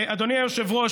אדוני היושב-ראש,